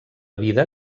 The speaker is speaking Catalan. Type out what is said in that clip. vida